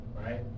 right